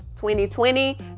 2020